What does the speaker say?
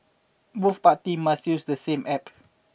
both parties must use the same App